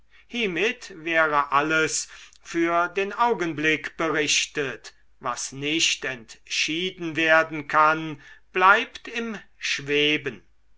hiemit wäre alles für den augenblick berichtet was nicht entschieden werden kann bleibt im schweben